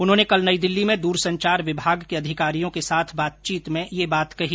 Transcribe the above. उन्होंने कल नई दिल्ली में दूरसंचार विभाग के अधिकारियों के साथ बातचीत में यह बात कही